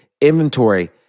inventory